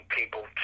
people